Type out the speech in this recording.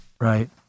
right